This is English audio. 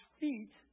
feet